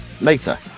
later